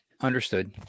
Understood